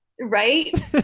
Right